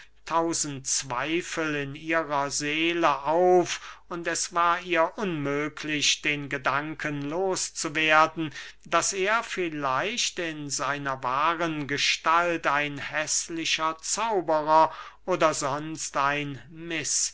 tausend zweifel in ihrer seele auf und es war ihr unmöglich den gedanken los zu werden daß er vielleicht in seiner wahren gestalt ein häßlicher zauberer oder sonst ein